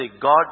God